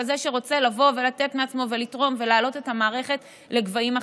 כזה שרוצה לבוא ולתת מעצמו ולתרום ולהעלות את המערכת לגבהים אחרים.